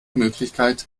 möglichkeit